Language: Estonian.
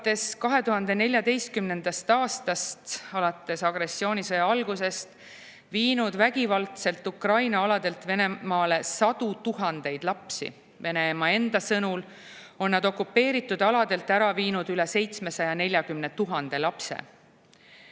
alates 2014. aastast, alates agressioonisõja algusest viinud vägivaldselt Ukraina aladelt Venemaale sadu tuhandeid lapsi. Venemaa enda sõnul on nad okupeeritud aladelt ära viinud üle 740 000 lapse.